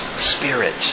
spirit